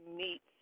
meet